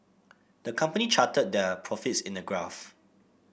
the company charted their profits in a graph